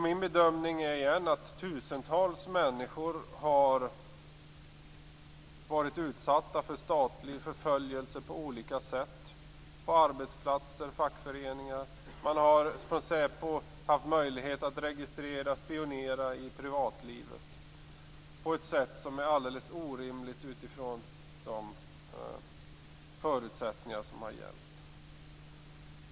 Min bedömning är återigen att tusentals människor har varit utsatta för statlig förföljelse på olika sätt, t.ex. på arbetsplatser och i fackföreningar. Säpo har haft möjlighet att registrera och spionera i privatlivet på ett sätt som är alldeles orimligt utifrån de förutsättningar som har gällt.